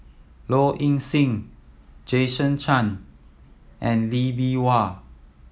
Low Ing Sing Jason Chan and Lee Bee Wah